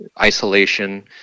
isolation